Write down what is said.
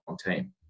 team